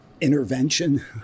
intervention